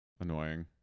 Annoying